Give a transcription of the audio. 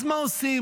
אז מה עושים?